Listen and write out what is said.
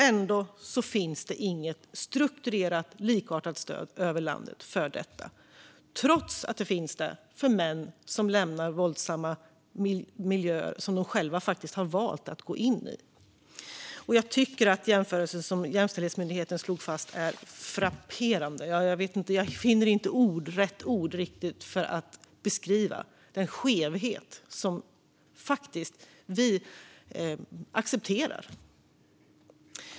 Ändå finns det inget strukturerat och likartat stöd över landet för detta, trots att det finns där för män som lämnar våldsamma miljöer som de själva har valt att gå in i. Jag tycker att den jämförelse som Jämställdhetsmyndigheten slog fast är frapperande. Jag finner inte riktigt rätt ord för att beskriva den skevhet som vi faktiskt accepterar.